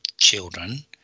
children